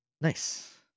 Nice